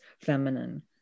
feminine